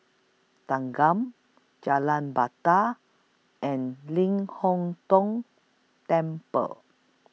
Thanggam Jalan Batai and Ling Hong Tong Temple